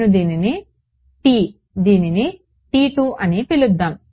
నేను దీనిని T దీనిని అని పిలుద్దాం